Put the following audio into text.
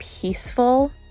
peaceful